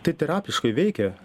tai terapiškai veikia